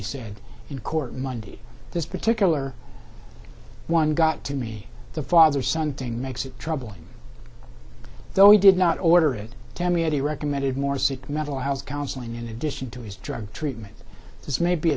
riady said in court monday this particular one got to me the father son thing makes it troubling though he did not order it to me that he recommended more seek mental health counseling in addition to his drug treatment this may be